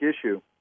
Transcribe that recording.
issue